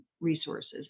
resources